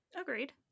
Agreed